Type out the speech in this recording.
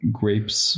grapes